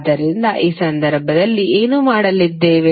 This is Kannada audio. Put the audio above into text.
ಆದ್ದರಿಂದ ಈ ಸಂದರ್ಭದಲ್ಲಿ ಏನು ಮಾಡಲಿದ್ದೇವೆ